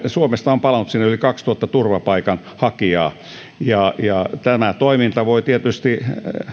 suomesta on palannut sinne vapaaehtoisesti yli kaksituhatta turvapaikanhakijaa ja ja tämä toiminta voi tietysti